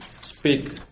speak